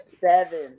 Seven